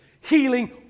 healing